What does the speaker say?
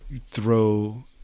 throw